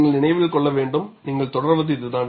நீங்கள் நினைவில் கொள்ள வேண்டும் நீங்கள் தொடர்வது இதுதான்